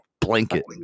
Blanket